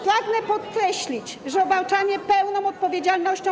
Pragnę podkreślić, że obarczanie pełną odpowiedzialnością.